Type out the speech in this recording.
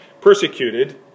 persecuted